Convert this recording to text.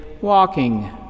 walking